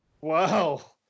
wow